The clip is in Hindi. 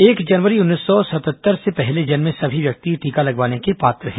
एक जनवरी उन्नीस सौ सतहत्तर से पहले जन्मे सभी व्यक्ति टीका लगवाने के पात्र हैं